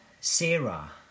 Sarah